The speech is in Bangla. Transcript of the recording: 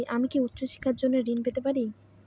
আমি কি উচ্চ শিক্ষার জন্য ঋণ পেতে পারি?